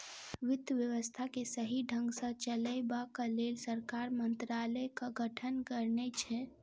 वित्त व्यवस्था के सही ढंग सॅ चलयबाक लेल सरकार मंत्रालयक गठन करने छै